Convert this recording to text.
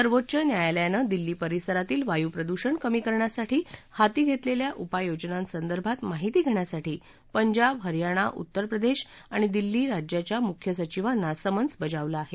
सर्वोच्च न्यायालयानं दिल्ली परिसरातील वायू प्रदुषण कमी करण्यासाठी हाती घेतलेल्य उपाययोजना संदर्भात माहिती घेण्यासाठी पंजाब हरियाणा उत्तर प्रदेश आणि दिल्ली राज्याच्या मुख्यसचिवाना समन्स बजावलं आहे